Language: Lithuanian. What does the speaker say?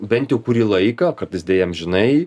bent jau kurį laiką kartais deja amžinai